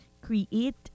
create